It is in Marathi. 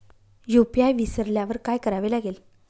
यू.पी.आय विसरल्यावर काय करावे लागेल?